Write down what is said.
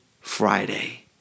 Friday